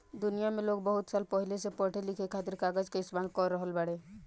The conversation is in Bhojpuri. दुनिया में लोग बहुत साल पहिले से पढ़े लिखे खातिर कागज के इस्तेमाल कर रहल बाड़े